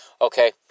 Okay